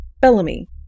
Bellamy